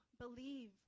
believe